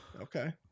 Okay